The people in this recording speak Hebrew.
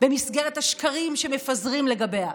במסגרת השקרים שמפזרים לגביה?